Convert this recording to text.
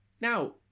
Now